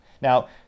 Now